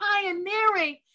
pioneering